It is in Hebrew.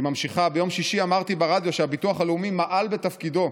היא ממשיכה: "ביום שישי אמרתי ברדיו שהביטוח הלאומי מעל בתפקידו,